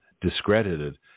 discredited